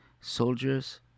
soldiers